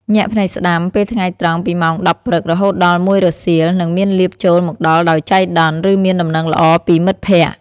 ញាក់ភ្នែកស្តាំ ពេលថ្ងៃត្រង់ ពីម៉ោង ១០ ព្រឹក រហូតដល់ ១ រសៀល នឹងមានលាភចូលមកដល់ដោយចៃដន្យ ឬមានដំណឹងល្អពីមិត្តភក្តិ។